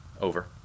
Over